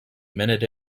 minute